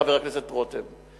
חבר הכנסת רותם.